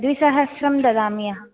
द्विसहस्रं ददामि अहम्